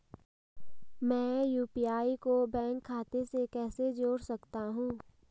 मैं यू.पी.आई को बैंक खाते से कैसे जोड़ सकता हूँ?